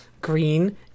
green